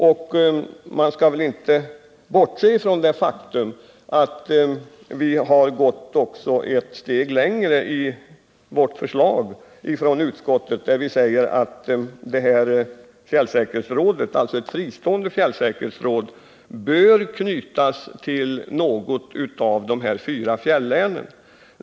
Och man skall väl inte bortse från det faktum att vi också gått ett steg längre i vårt förslag från utskottet, när vi säger att ett fristående fjällsäkerhetsråd bör knytas till något av de fyra fjällänen.